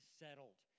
settled